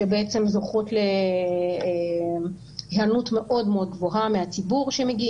שזוכות להיענות מאוד מאוד גבוהה מהציבור שמגיע